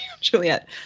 juliet